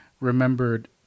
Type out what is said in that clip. remembered